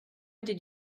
did